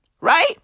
right